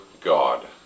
God